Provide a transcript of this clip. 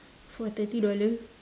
for thirty dollar